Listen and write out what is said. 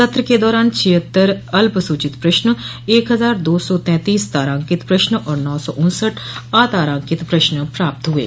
सत्र के दौरान छिहत्तर अल्पसूचित प्रश्न एक हजार दो सौ तैंतीस तारांकित प्रश्न और नौ सा उन्सठ अतारांकित प्रश्न प्राप्त हुये